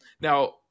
now